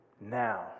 now